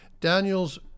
Daniel's